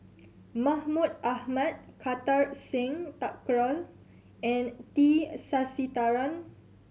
Mahmud Ahmad Kartar Singh Thakral and T Sasitharan